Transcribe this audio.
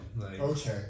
Okay